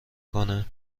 کنه